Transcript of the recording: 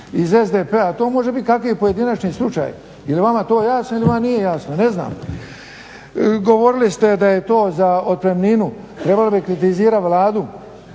iz SDP-a, to može biti kakvi pojedinačni slučaj. Jel vama to jasno ili vam nije jasno? Ne znam. Govorili ste da je to za otpremninu. Trebali bi kritizirat Vladu